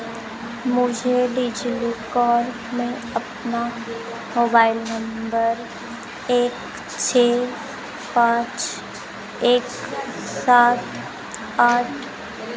मुझे डिजिलॉकर में अपना मोबाइल नंबर एक छः पाँच एक सात आठ